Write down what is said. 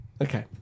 Okay